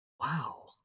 wow